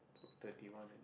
twenty one